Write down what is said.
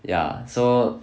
ya so